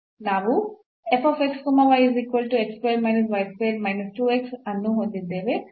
ನಾವು ಅನ್ನು ಹೊಂದಿದ್ದೇವೆ